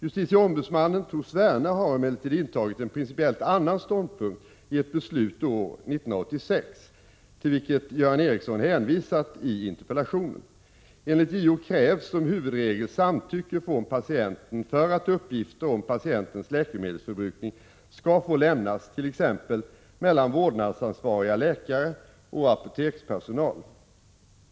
Justitieombudsman Tor Sverne har emellertid intagit en principiellt annan ståndpunkt i ett beslut år 1986, till vilket Göran Ericsson hänvisat i interpellationen. Enligt JO krävs som huvudregel samtycke från patienten för att uppgifter om patientens läkemedelsförbrukning skall få lämnas t.ex. mellan vårdansvariga läkare och apotekspersonal.